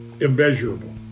immeasurable